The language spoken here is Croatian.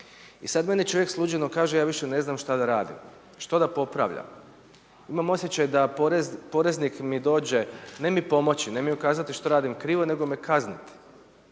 I sad meni čovjek slučajno kaže ja više ne znam što da radim, što da popravljam, imam osjećaj da poreznik mi dođe, ne mi pomoći, ne mi ukazati što radim krivo nego me kazniti.